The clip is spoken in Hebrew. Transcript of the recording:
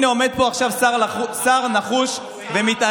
זה לא נכון.